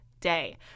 day